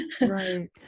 Right